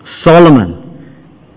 Solomon